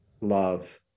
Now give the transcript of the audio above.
love